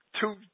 two